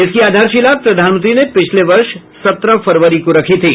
इसकी आधारशिला प्रधानमंत्री ने पिछले वर्ष सत्रह फरवरी को रखी थी